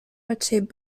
achieved